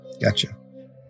Gotcha